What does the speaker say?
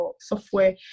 software